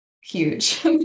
huge